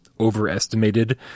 Overestimated